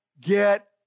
get